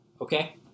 Okay